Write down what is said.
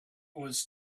was